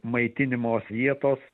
maitinimo vietos